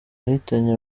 yahitanye